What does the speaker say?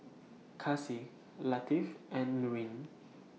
Kasih Latif and Nurin